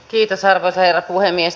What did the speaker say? arvoisa herra puhemies